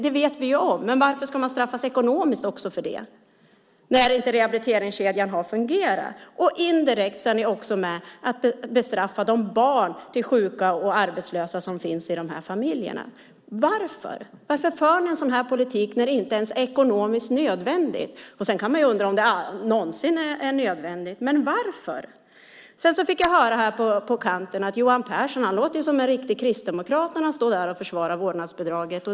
Det vet vi. Men varför ska man straffas ekonomiskt för det när rehabiliteringskedjan inte har fungerat? Indirekt är ni också med på att bestraffa de barn till sjuka och arbetslösa som finns i de här familjerna. Varför? Varför för ni en sådan här politik när det inte ens är ekonomiskt nödvändigt? Sedan kan man undra om det någonsin är nödvändigt. Varför? Jag fick höra här på kanten att Johan Pehrson låter som en riktig kristdemokrat när han står och försvarar vårdnadsbidraget.